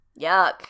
Yuck